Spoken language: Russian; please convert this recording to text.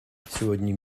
сегодня